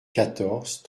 quatorze